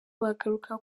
bagaruka